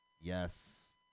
Yes